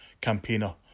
campaigner